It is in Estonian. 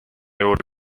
juurde